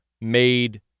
made